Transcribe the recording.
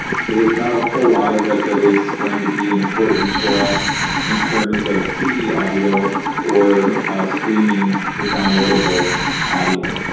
so there's not a whole lot of it that is going to be important for us in terms of cd audio or streaming or downloadable audio.